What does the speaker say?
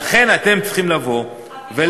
כל מה שנשאר זה תופעות לוואי,